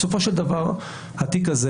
בסופו של דבר התיק הזה